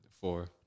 four